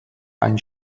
ein